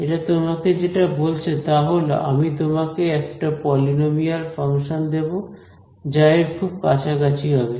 এটা তোমাকে যেটা বলছে তা হল আমি তোমাকে একটা পলিনোমিয়াল ফাংশন দেব যা এর খুব কাছাকাছি হবে